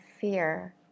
fear